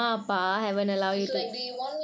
is like they want me to lah but then